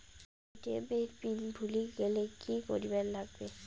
ATM এর pin ভুলি গেলে কি করিবার লাগবে?